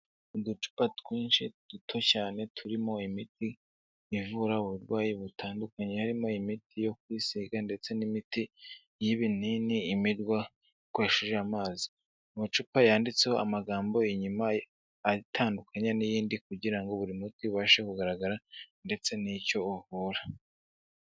Uducupa twinshi duto cyane, turimo imiti ivura uburwayi butandukanye, harimo imiti yo kwisiga ndetse n'imiti y'ibinini imirwa ikoresheshije amazi, amacupa yanditseho amagambo inyuma atandukanye n'iyindi kugira buri muti ubashe kugaragara ndetse n'icyo uvura.